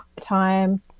time